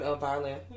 violin